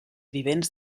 vivents